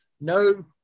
no